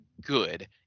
good